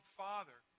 father